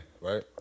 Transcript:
right